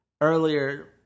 earlier